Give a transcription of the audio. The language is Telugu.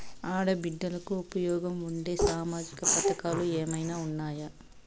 ఆడ బిడ్డలకు ఉపయోగం ఉండే సామాజిక పథకాలు ఏమైనా ఉన్నాయా?